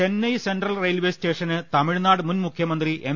Chennai central railway സ്റ്റേഷന് തമിഴ്നാട് മുൻമുഖ്യ മന്ത്രി എം